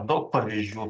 daug pavyzdžių